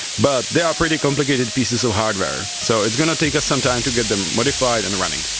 but they are pretty complicated pieces of hardware so it's gonna take us some time to get them modified and running.